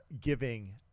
Giving